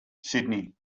sydney